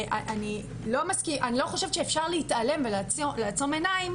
אני לא חושבת שאפשר להתעלם ולעצום עיניים